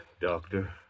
Doctor